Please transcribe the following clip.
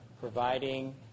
providing